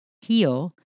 heal